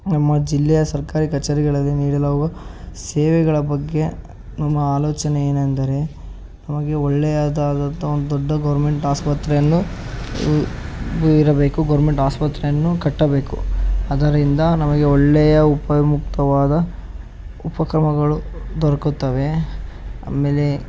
ನಮ್ಮ ಜಿಲ್ಲೆಯ ಸರ್ಕಾರಿ ಕಚೇರಿಗಳಲ್ಲಿ ನೀಡಲಾಗುವ ಸೇವೆಗಳ ಬಗ್ಗೆ ನಮ್ಮ ಆಲೋಚನೆ ಏನೆಂದರೆ ನಮಗೆ ಒಳ್ಳೆಯದಾದಂಥ ಒಂದು ದೊಡ್ಡ ಗೌರ್ಮೆಂಟ್ ಆಸ್ಪತ್ರೆಯನ್ನು ಇರಬೇಕು ಗೌರ್ಮೆಂಟ್ ಆಸ್ಪತ್ರೆಯನ್ನು ಕಟ್ಟಬೇಕು ಅದರಿಂದ ನಮಗೆ ಒಳ್ಳೆಯ ಉಪಯುಕ್ತವಾದ ಉಪಕ್ರಮಗಳು ದೊರಕುತ್ತವೆ ಆಮೇಲೆ